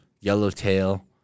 Yellowtail